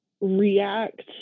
react